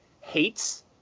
hates